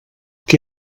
què